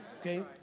Okay